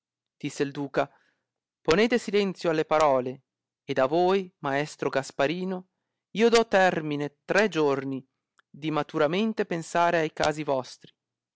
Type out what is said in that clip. disse il duca ponete silenzio alle parole ed a voi maestro gasparino io do termine tre giorni di maturamente pensare ai casi vostri